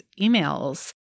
emails